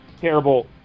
terrible